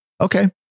okay